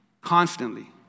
Constantly